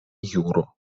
juro